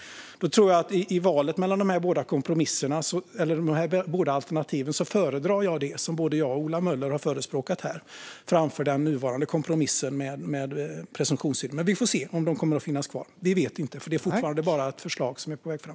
I valet mellan de här båda alternativen föredrar jag det som både Ola Möller och jag har förespråkat här framför den nuvarande kompromissen med presumtionshyror. Men vi får se om de kommer att finnas kvar. Det vet vi inte, för det är fortfarande bara ett förslag som är på väg fram.